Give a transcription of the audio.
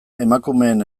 emakumeen